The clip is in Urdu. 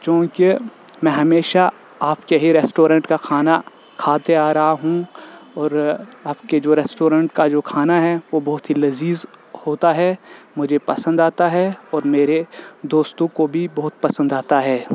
چونکہ میں ہمیشہ آپ کے ہی ریسٹورنٹ کا کھانا کھاتے آ رہا ہوں اور آپ کے جو ریسٹورنٹ کا جو کھانا ہے وہ بہت ہی لذیذ ہوتا ہے مجھے پسند آتا ہے اور میرے دوستوں کو بھی بہت پسند آتا ہے